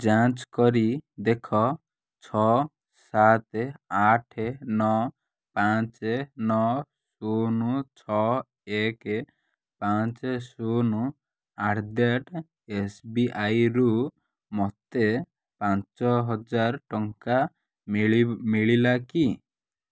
ଯାଞ୍ଚ କରି ଦେଖ ଛଅ ସାତ ଆଠ ନଅ ପାଞ୍ଚ ନଅ ଶୂନ ଛଅ ଏକ ପାଞ୍ଚ ଶୂନ ଆଟ୍ ଦ ରେଟ୍ ଏସ୍ବିଆଇରୁ ମୋତେ ପାଞ୍ଚ ହଜାର ଟଙ୍କା ମିଳିଲା କି